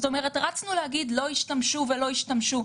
זאת אומרת שרצנו להגיד לא השתמשו ולא השתמשו,